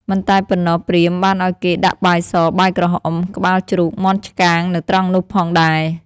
មិនតែប៉ុណ្ណោះព្រាហ្មណ៍បានឲ្យគេដាក់បាយស បាយក្រហម ក្បាលជ្រូក មាន់ឆ្កាងនៅត្រង់នោះផងដែរ។